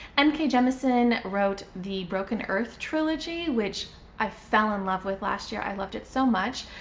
n. k. jemisin wrote the broken earth trilogy, which i fell in love with last year. i loved it so much.